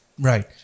Right